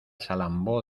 salambó